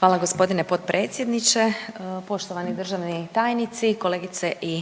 Hvala gospodine potpredsjedniče. Poštovani državni tajnici, kolegice i